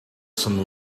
some